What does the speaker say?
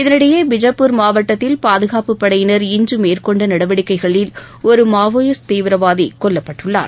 இதனினடயே பீஜப்பூர் மாவட்டத்தில் பாதுகாப்புப் படையினர் இன்று மேற்கொண்ட நடவடிக்கைகளில் ஒரு மாவோயிஸ்ட் தீவிரவாதி கொல்லப்பட்டுள்ளார்